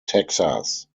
texas